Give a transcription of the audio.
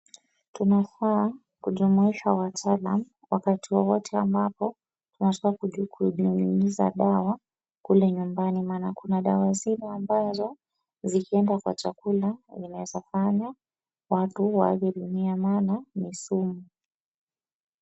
Tunafaa kujumuisha wataalam wakati wowote ambapo tunataka kunyunyiza dawa kule nyumbani maana kuna dawa zile ambazo zikienda kwa chakula zinaweza fanya watu waage dunia maana ni sumu.